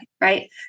right